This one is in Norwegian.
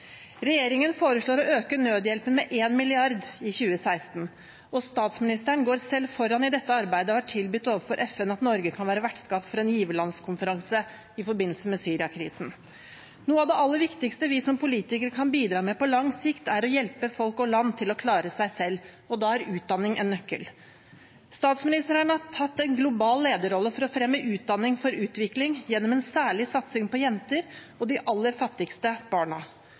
Regjeringen foreslår å øke nødhjelpen med 1 mrd. kr i 2016. Statsministeren går selv foran i dette arbeidet og har tilbudt overfor FN at Norge kan være vertskap for en giverlandskonferanse i forbindelse med Syria-krisen. Noe av det aller viktigste vi som politikere kan bidra med på lang sikt, er å hjelpe folk og land til å klare seg selv. Da er utdanning en nøkkel. Statsministeren har tatt en global lederrolle for å fremme utdanning for utvikling gjennom en særlig satsing på jenter og de aller fattigste barna.